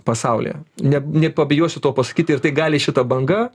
pasaulyje ne nepabijosiu to pasakyti ir tai gali šita banga